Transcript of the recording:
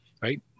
Right